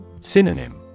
Synonym